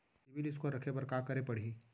CIBIL score बने रखे बर का करे पड़ही?